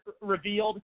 revealed